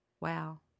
Wow